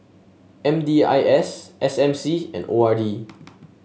M D I S S M C and O R D